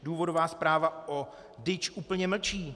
Důvodová zpráva o DIČ úplně mlčí.